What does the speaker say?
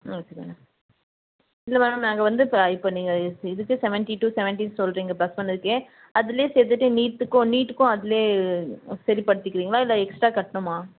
okay madam இல்லை madam நாங்கள் இப்போ இப்போ வந்து இதுக்கே செவண்ட்டி டூ செவண்ட்டி சொல்லுறிங்க பஸ் வந்ததுக்கே அதிலே சேர்த்துட்டு நீட்க்கும் நீட்க்கும் அதுலே சரி படுதிப்பீங்களா இல்லை எக்ஸ்ட்ரா கட்டணுமா